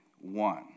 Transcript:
one